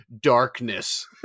darkness